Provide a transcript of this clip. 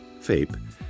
FAPE